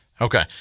Okay